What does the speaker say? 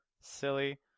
silly